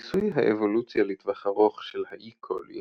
ניסוי האבולוציה לטווח ארוך של האי קולי